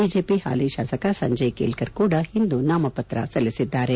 BJP ಹಾಲಿ ಶಾಸಕ ಸಂಜಯ್ ಕೇಲ್ತರ್ ಕೂಡ ಇಂದು ನಾಮಪತ್ರ ಸಲ್ಲಿಸಿದ್ದಾರೆ